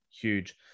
Huge